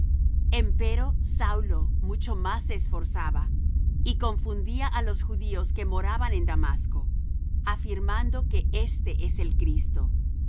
sacerdotes empero saulo mucho más se esforzaba y confundía á los judíos que moraban en damasco afirmando que éste es el cristo y